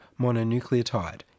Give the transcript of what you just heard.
mononucleotide